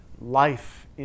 life